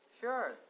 Sure